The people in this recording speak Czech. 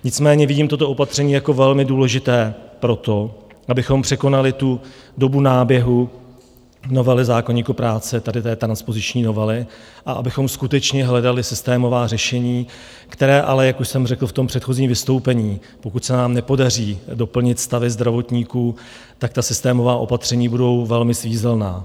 Nicméně vidím toto opatření jako velmi důležité pro to, abychom překonali dobu náběhu novely zákoníku práce tady té transpoziční novely a abychom skutečně hledali systémová řešení, která ale, jak už jsem řekl v předchozím vystoupení, pokud se nám nepodaří doplnit stavy zdravotníků, tak ta systémová opatření budou velmi svízelná.